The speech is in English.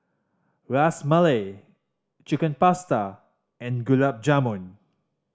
Ras Malai Chicken Pasta and Gulab Jamun